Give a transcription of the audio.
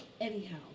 Anyhow